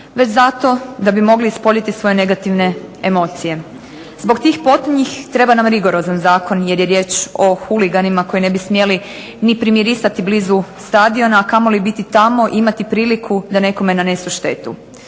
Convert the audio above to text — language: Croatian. već zato da bi mogli ispoljiti svoje negativne emocije. Zbog tih potonjih treba nam rigorozan zakon, jer je riječ o huliganima koji ne bi smjeli ni primirisati blizu stadiona, a kamoli biti tamo, imati priliku da nekome nanesu štetu.